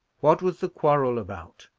what was the quarrel about?